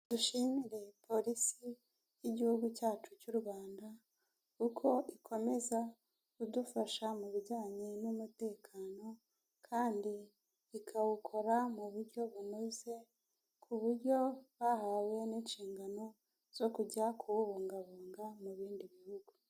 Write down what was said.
Dushimire polisi y'igihugu cyacu cy'u Rwanda, kuko ikomeza kudufasha mu bijyanye n'umutekano, kandi ikawukora mu buryo bunoze ku buryo bahawe n'inshingano zo kujya kuwubungabunga mu bindi bihugu.